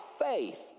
faith